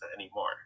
anymore